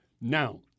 Now